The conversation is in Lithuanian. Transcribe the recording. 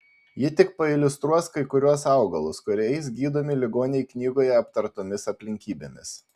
ji tik pailiustruos kai kuriuos augalus kuriais gydomi ligoniai knygoje aptartomis aplinkybėmis